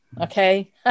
Okay